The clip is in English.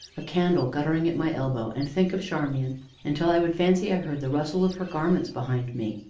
a candle guttering at my elbow, and think of charmian until i would fancy i heard the rustle of her garments behind me,